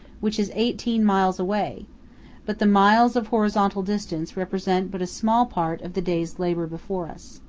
which is eighteen miles away but the miles of horizontal distance represent but a small part of the day's labor before us.